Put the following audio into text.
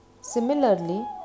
similarly